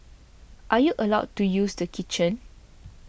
are you allowed to use the kitchen